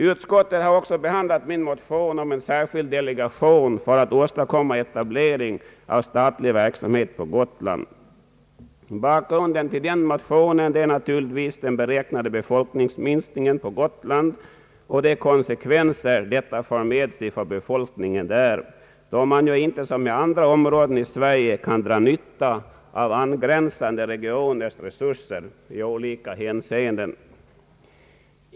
Utskottet har också behandlat min motion om en särskild delegation för att åstadkomma etablering av statlig verksamhet på Gotland. Bakgrunden till motionen är naturligtvis den väntade befolkningsminskningen på Gotland och de konsekvenser denna för med sig för befolkningen där, då man ju inte som i andra områden i Sverige kan dra nytta av angränsande regioners resurser i olika hänseenden.